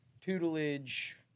tutelage